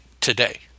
today